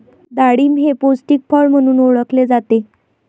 डाळिंब हे पौष्टिक फळ म्हणून ओळखले जाते